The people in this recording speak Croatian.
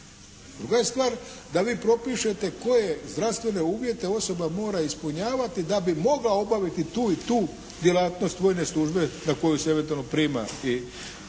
druga je stvar da vi propišete koje zdravstvene uvjete osoba mora ispunjavati da bi mogla obaviti tu i tu djelatnost vojne službe na koju se eventualno prima i